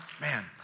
Man